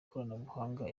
y’ikoranabuhanga